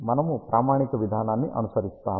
మనము ప్రామాణిక విధానాన్ని అనుసరిస్తాము